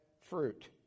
fruit